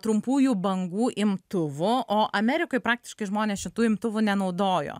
trumpųjų bangų imtuvo o amerikoj praktiškai žmonės šitų imtuvų nenaudojo